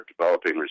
developing